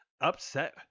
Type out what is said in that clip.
upset